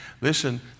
listen